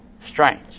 strange